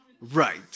right